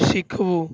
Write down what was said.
શીખવું